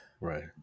right